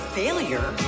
failure